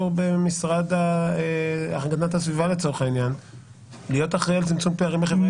רגולטור במשרד להגנת הסביבה להיות אחראי לצמצום פערים בחברה הישראלית?